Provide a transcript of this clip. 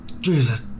Jesus